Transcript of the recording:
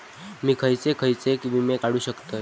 मी खयचे खयचे विमे काढू शकतय?